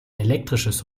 elektrisches